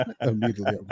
immediately